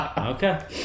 Okay